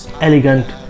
elegant